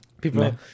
People